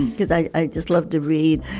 cause i i just love to read.